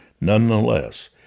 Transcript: nonetheless